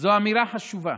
זו אמירה חשובה.